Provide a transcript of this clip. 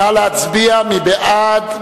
נא להצביע, מי בעד?